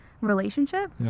relationship